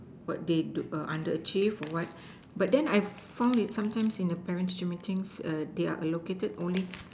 what they do err underachieve or what but then I found that sometimes in a parent teacher meeting err they are allocated only